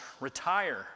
retire